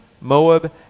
Moab